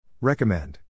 Recommend